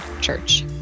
church